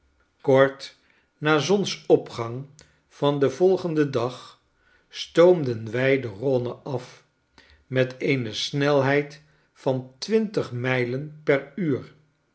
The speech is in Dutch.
kort na zonsopgang van den volgenden dag stoomden wij de rhone af met eene snelheid van twintig mijlen per uur